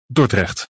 Dordrecht